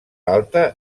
alta